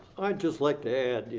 i'd just like to add,